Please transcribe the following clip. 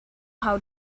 how